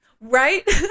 Right